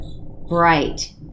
bright